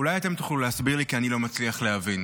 אולי אתם תוכלו להסביר לי, כי אני לא מצליח להבין.